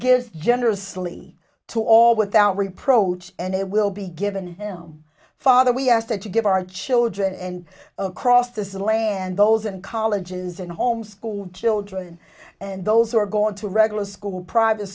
gives generously to all without reproach and it will be given him father we asked it to give our children and across this land those and colleges and homeschooled children and those who are going to regular school private